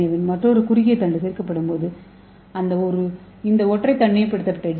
ஏவின் மற்றொரு குறுகிய துண்டு சேர்க்கப்படும்போது இந்த ஒற்றை தனிமைப்படுத்தப்பட்ட டி